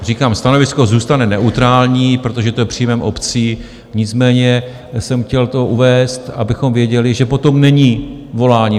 Říkám, stanovisko zůstane neutrální, protože to je příjmem obcí, nicméně jsem to chtěl uvést, abychom věděli, že po tom není volání.